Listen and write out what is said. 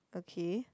okay